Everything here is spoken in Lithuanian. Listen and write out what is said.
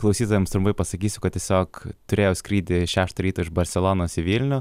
klausytojams trumpai pasakysiu kad tiesiog turėjau skrydį šeštą ryto iš barselonos į vilnių